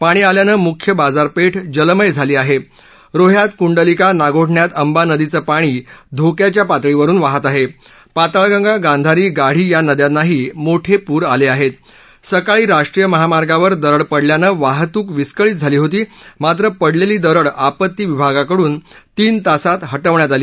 पाणी आल्यानं मुख्य बाजारपक्षजलमय झाली आह रीह्यात कुंडलिका नागोठण्यात अंबा नदीचं पाणी धोक्याच्या पातळीवरून वहात आह आताळगंगा गांधारी गाढी या नद्यानाही मोठप्रिर आल आहक्त सकाळी राष्ट्रीय महामार्गावर दरड पडल्यानं वाहतूक विस्कळीत झाली होती मात्र पडलरीी दरड आपत्ती विभागाकडून तीन तासात हटवण्यात आली